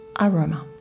aroma